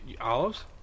Olives